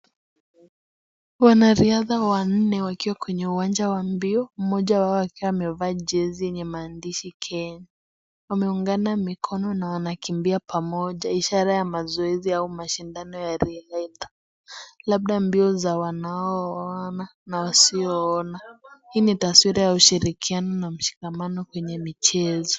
Wanariadha wanne wakiwa kwenye uwanja ya mbio mmoja wao akiwa amevaa jezi yenye maandishi Kenya . Wameungana mikono na wanakimbia pamoja ishara ya mazoezi au mashindano ya riadha. labda mbio za wanaoona na wasioona Hii ni taswira ya ushirikiano na mshikamano kwenye michezo.